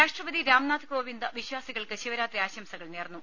രാഷ്ട്രപതി രാം നാഥ് കോവിന്ദ് വിശ്വാസികൾക്ക് ശിവരാത്രി ആശംസകൾ നേർന്നു